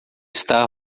star